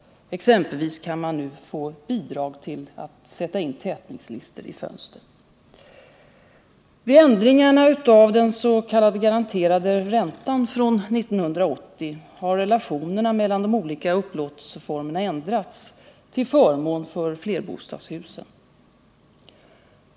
Exempelvis kan man nu få bidrag för att sätta in tätningslister i fönster. Vid ändringarna av den s.k. garanterade räntan från 1980 har relationerna mellan de olika upplåtelseformerna ändrats till förmån för flerbostadshusen.